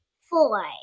Four